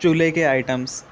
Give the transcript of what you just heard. چولہے کے آئٹمس